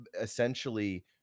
essentially